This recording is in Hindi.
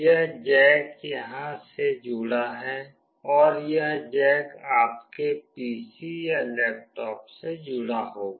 यह जैक यहां से जुड़ा है और यह जैक आपके पीसी या लैपटॉप से जुड़ा होगा